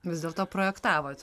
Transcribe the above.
vis dėlto projektavot